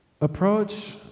Approach